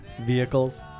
Vehicles